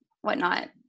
whatnot